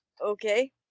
Okay